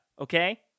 okay